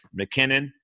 mckinnon